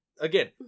again